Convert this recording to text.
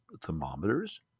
thermometers